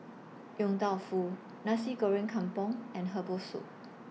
Yong Tau Foo Nasi Goreng Kampung and Herbal Soup